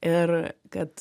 ir kad